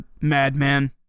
madman